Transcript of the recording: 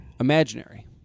Imaginary